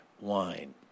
wine